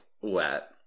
wet